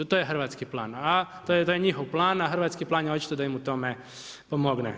To je hrvatski plan, a to je njihov plan, a hrvatski plan je očito da im u tome pomogne.